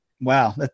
wow